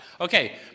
Okay